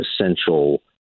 essential